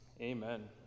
Amen